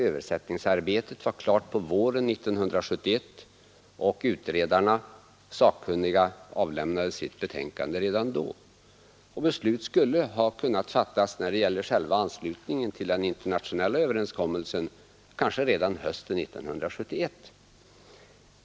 Översättningsarbetet var klart på våren 1971, och sakkunniga avlämnade sitt betänkande redan då. Beslutet om anslutning skulle alltså ha kunnat träffas redan hösten 1971.